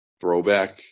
throwback